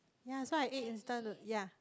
ya that's why I ate instant ya